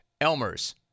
Elmer's